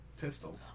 pistol